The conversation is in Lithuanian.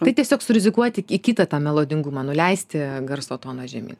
tai tiesiog surizikuoti į kitą tą melodingumą nuleisti garso toną žemyn